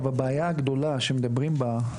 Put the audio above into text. הבעיה הגדולה שמדברים בה,